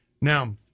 Now